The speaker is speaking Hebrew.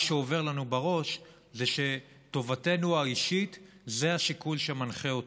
מה שעובר לנו בראש זה שטובתנו האישית זה השיקול שמנחה אותו.